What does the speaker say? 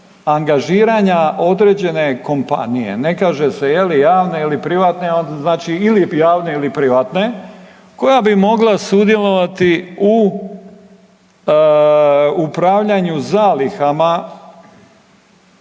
angažiranja određene kompanije, ne kaže se je li javne ili privatne, onda znači ili javne ili privatne koja bi mogla sudjelovati u upravljanju zalihama,